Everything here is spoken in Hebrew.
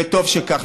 וטוב שכך.